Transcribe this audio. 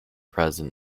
present